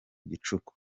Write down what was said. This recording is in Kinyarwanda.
gicuku